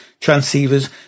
transceivers